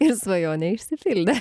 ir svajonė išsipildė